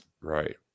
Right